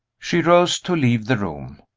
she rose to leave the room.